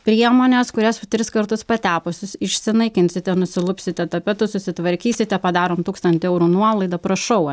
priemones kurias tris kartus patepus jūs išsinaikinsite nusilupsite tapetus susitvarkysite padarom tūkstantį eurų nuolaidą prašau